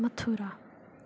Mathura